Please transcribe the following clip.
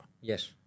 Yes